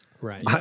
right